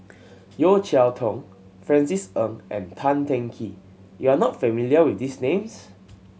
Yeo Cheow Tong Francis Ng and Tan Teng Kee you are not familiar with these names